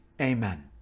Amen